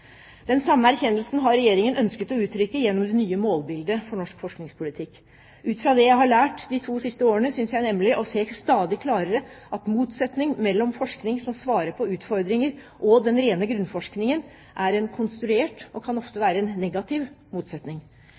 Den samme erkjennelsen har Regjeringen ønsket å uttrykke gjennom det nye målbildet for norsk forskningspolitikk. Ut fra det jeg har lært de to siste årene, synes jeg nemlig å se stadig klarere at motsetningen mellom forskning som svarer på utfordringer, og den rene grunnforskningen er konstruert og ofte kan være en negativ motsetning.